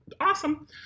awesome